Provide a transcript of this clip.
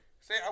say